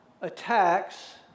attacks